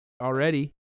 already